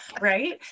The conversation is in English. right